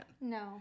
No